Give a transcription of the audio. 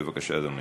בבקשה, אדוני.